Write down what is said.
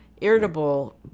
irritable